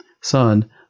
son